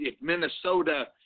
Minnesota